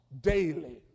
daily